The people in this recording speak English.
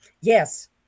Yes